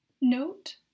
Note